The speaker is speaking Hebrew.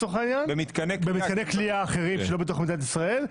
עונשם במתקני כליאה אחרים שלא בתוך מדינת ישראל,